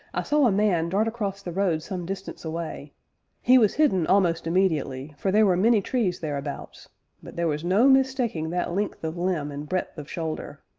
i saw a man dart across the road some distance away he was hidden almost immediately, for there were many trees thereabouts, but there was no mistaking that length of limb and breadth of shoulder.